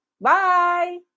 bye